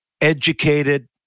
Educated